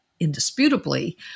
indisputably